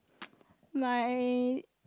my